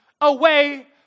away